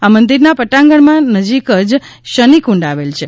આ મંદિરના પટાંગણમાં નજીક જ શનિ કુંડ આવેલ છે